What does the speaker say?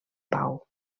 pau